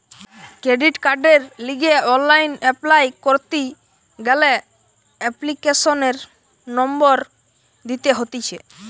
credit কার্ডের লিগে online apply করতি গ্যালে এপ্লিকেশনের নম্বর দিতে হতিছে